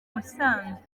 musanze